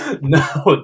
no